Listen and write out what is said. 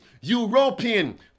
European